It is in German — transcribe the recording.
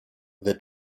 wird